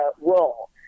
role